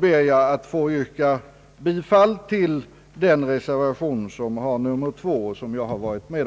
ber jag att få yrka bifall till den reservation som har nr 2 och som jag varit med om.